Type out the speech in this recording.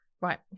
right